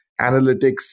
analytics